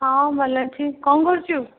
ହଁ ଭଲ ଅଛି କ'ଣ କରୁଛୁ